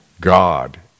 God